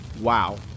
Wow